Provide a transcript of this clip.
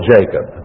Jacob